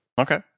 Okay